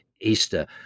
Easter